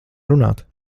runāt